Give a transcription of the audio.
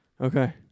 okay